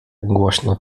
głośno